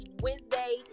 Wednesday